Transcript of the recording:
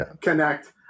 connect